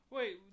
Wait